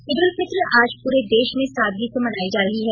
ईद उल फित्र आज पूरे देश में सादगी से मनायी जा रही है